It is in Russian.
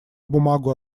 бумагу